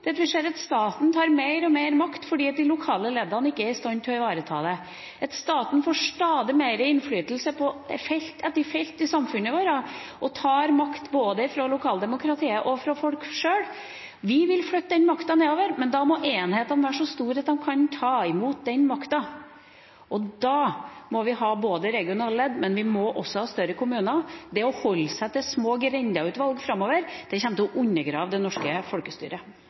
nå. Vi ser at staten tar mer og mer makt fordi de lokale leddene ikke er i stand til å ivareta dette, og at staten får stadig mer innflytelse på felt etter felt i samfunnet vårt og tar makt både fra lokaldemokratiet og fra folk sjøl. Vi vil flytte makten nedover, men da må enhetene være så store at de kan ta imot den makten, og da må vi også ha både regionale ledd og større kommuner. Det å holde seg til små grendeutvalg framover kommer til å undergrave det norske folkestyret.